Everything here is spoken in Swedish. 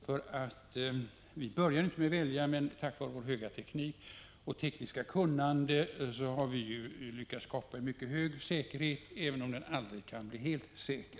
Visserligen började vi inte med att välja på så sätt, men tack vare vår höga tekniska nivå och vårt höga tekniska kunnande har vi lyckats skapa en mycket hög säkerhet, även om kärnkraften aldrig kan bli helt säker.